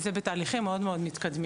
זה בתהליכים מאוד מאוד מתקדמים.